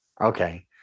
Okay